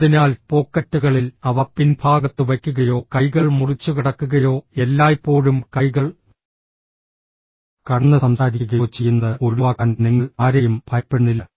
അതിനാൽ പോക്കറ്റുകളിൽ അവ പിൻഭാഗത്ത് വയ്ക്കുകയോ കൈകൾ മുറിച്ചുകടക്കുകയോ എല്ലായ്പ്പോഴും കൈകൾ കടന്ന് സംസാരിക്കുകയോ ചെയ്യുന്നത് ഒഴിവാക്കാൻ നിങ്ങൾ ആരെയും ഭയപ്പെടുന്നില്ല